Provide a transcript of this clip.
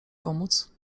pomóc